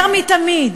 יותר מתמיד.